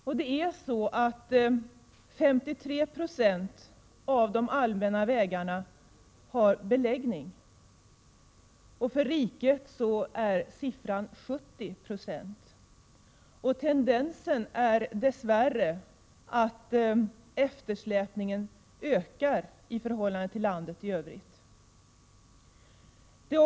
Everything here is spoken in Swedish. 53 90 av de allmänna vägarna i länet har beläggning, och andelen för hela riket är 70 90. Tendensen är dess värre att eftersläpningen ökar i förhållande till landet i övrigt.